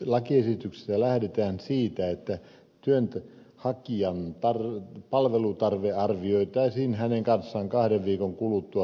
lakiesityksessä lähdetään siitä että työnhakijan palvelutarve arvioitaisiin hänen kanssaan kahden viikon kuluttua työnhaun alkamisesta